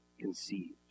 conceived